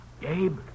Gabe